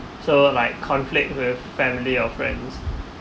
so like conflict with family or friends